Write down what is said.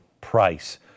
price